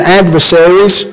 adversaries